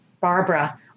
Barbara